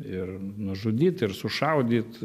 ir nužudyt ir sušaudyt